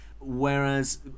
whereas